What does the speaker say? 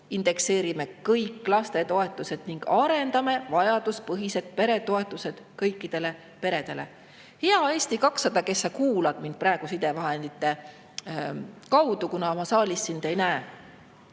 Indekseerime kõik lastetoetused ning arendame vajaduspõhiseid peretoetuseid kõikidele peredele." Hea Eesti 200, kes sa kuulad mind praegu sidevahendite kaudu, kuna ma saalis sind ei näe,